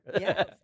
Yes